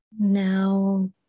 Now